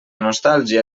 nostàlgia